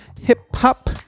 hip-hop